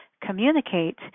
communicate